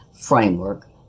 framework